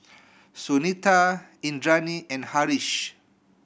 Sunita Indranee and Haresh